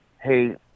Hey